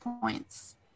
points